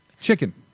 chicken